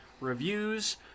reviews